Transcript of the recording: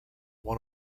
one